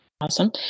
Awesome